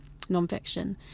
nonfiction